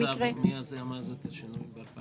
מי יזם את השינוי ב-2014?